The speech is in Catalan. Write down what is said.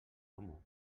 amo